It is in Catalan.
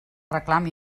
reclam